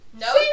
No